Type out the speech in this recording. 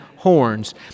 horns